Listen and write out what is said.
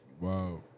Wow